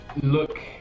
look